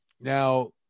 Now